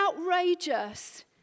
outrageous